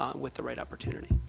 um with the right opportunity.